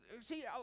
See